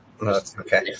okay